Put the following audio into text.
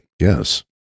Yes